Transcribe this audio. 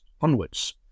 onwards